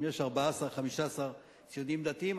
אם יש 14 15 ציונים דתיים,